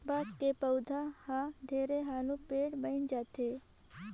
बांस के पउधा हर ढेरे हालू पेड़ बइन जाथे